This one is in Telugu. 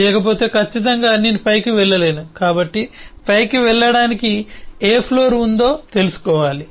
లేకపోతే ఖచ్చితంగా నేను పైకి వెళ్ళలేను కాబట్టి పైకి వెళ్ళటానికి ఏ ఫ్లోర్ ఉందో తెలుసుకోవాలి